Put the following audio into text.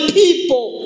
people